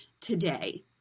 today